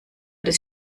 des